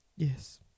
Yes